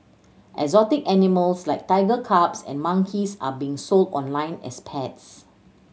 exotic animals like tiger cubs and monkeys are being sold online as pets